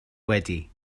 wedi